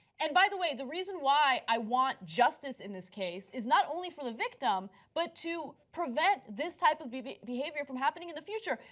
and by the way, the reason why i want justice in this case is not only for the victim, but to prevent this type of but behavior from happening in the future.